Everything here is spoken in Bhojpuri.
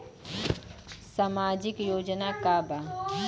सामाजिक योजना का बा?